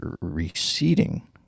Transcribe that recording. receding